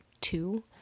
two